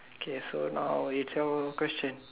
okay so now is your question